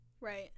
Right